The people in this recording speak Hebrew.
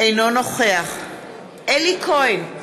אינו נוכח אלי כהן,